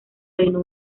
reino